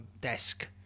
desk